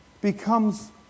becomes